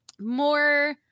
more